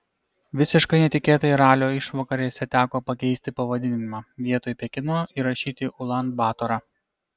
visiškai netikėtai ralio išvakarėse teko pakeisti pavadinimą vietoj pekino įrašyti ulan batorą